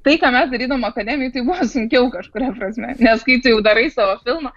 tai ką mes darydavom akademijoj tai buvo sunkiau kažkuria prasme nes kai darai savo filmą